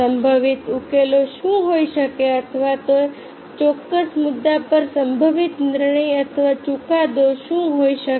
સંભવિત ઉકેલો શું હોઈ શકે અથવા તે ચોક્કસ મુદ્દા પર સંભવિત નિર્ણય અથવા ચુકાદો શું હોઈ શકે